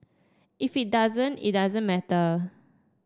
if it doesn't it doesn't matter